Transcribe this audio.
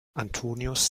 antonius